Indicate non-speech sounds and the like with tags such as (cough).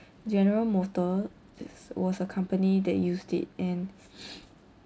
general motors was a company that used it and (breath)